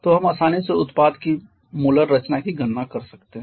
तो हम आसानी से उत्पाद की मोलार रचना की गणना कर सकते हैं